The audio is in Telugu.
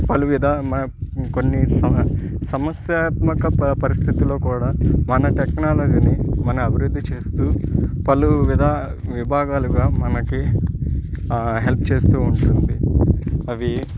పలు విధ మా కొన్ని స సమస్యాత్మక ప పరిస్థితిలలో కూడా మన టెక్నాలజీని మన అభివృద్ధి చేస్తు పలు విధా విభాగాలుగా మనకు హెల్ప్ చేస్తు ఉంటుంది అవి